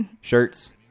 shirts